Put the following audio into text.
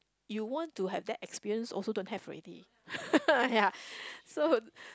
you want to have that experience also don't have already ya so